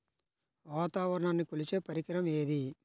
వాతావరణాన్ని కొలిచే పరికరం ఏది?